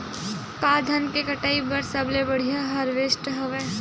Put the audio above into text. का धान के कटाई बर सबले बढ़िया हारवेस्टर हवय?